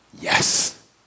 Yes